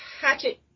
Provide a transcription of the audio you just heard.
hatchet